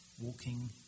walking